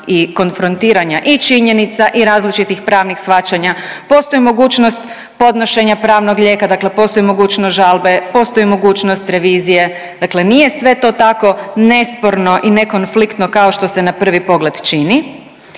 i konfrontiranja i činjenica i različitih pravnih shvaćanja, postoji mogućnost podnošenja pravnog lijeka, dakle postoji mogućnost žalbe, postoji mogućnost revizije, dakle nije sve to tako nesporno i nekonfliktno kao što se na prvi pogled čini,